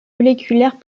moléculaires